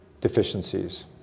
deficiencies